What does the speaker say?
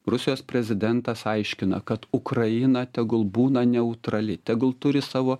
rusijos prezidentas aiškina kad ukraina tegul būna neutrali tegul turi savo